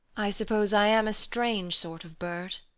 i suppose i am a strange sort of bird.